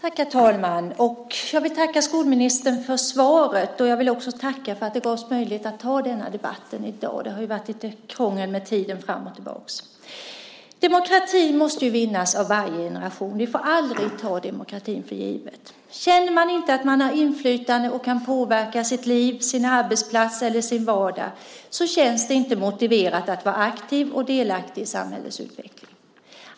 Herr talman! Jag vill tacka skolministern för svaret. Jag vill också tacka för att det gavs möjlighet att ha denna debatt i dag - det har ju varit lite krångel med tiden fram och tillbaka. Demokrati måste vinnas av varje generation. Vi får aldrig ta demokratin för givet. Känner man inte att man har inflytande och kan påverka sitt liv, sin arbetsplats eller sin vardag känns det inte motiverat att vara aktiv och delaktig i samhällets utveckling.